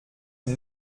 une